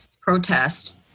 protest